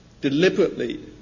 deliberately